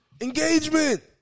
Engagement